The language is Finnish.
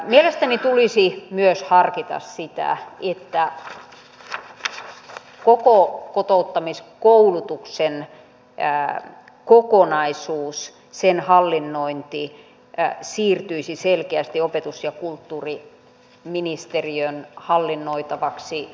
mielestäni tulisi myös harkita sitä että koko kotouttamiskoulutuksen kokonaisuus siirtyisi selkeästi opetus ja kulttuuriministeriön hallinnoitavaksi